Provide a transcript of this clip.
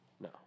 No